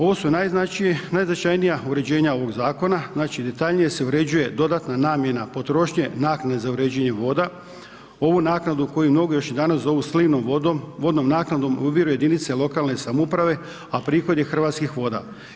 Ovo su najznačajnija uređenja ovog zakona, znači detaljnije se uređuje dodatna namjena potrošnje naknade za uređenje voda, ovu naknadu koju mnogi još i danas zovu slivnom vodnom, vodnom naknadom ubiruju jedinice lokalne samouprave a prihod je Hrvatskih voda.